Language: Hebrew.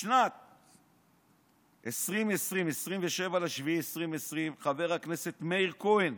בשנת 2020, 27 ביולי 2020, חבר הכנסת מאיר כהן,